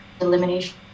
elimination